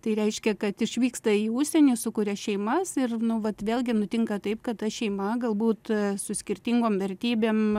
tai reiškia kad išvyksta į užsienį sukuria šeimas ir nu vat vėlgi nutinka taip kad ta šeima galbūt su skirtingom vertybėm